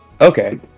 Okay